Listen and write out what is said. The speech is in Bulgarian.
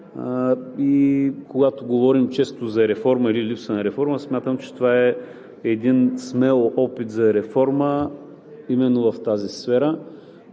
и когато говорим често за реформа или липса на реформа, смятам, че това е един смел опит за реформа именно в тази сфера.